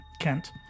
Kent